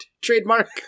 trademark